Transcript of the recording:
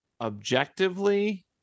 objectively